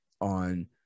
on